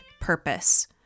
purpose